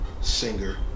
singer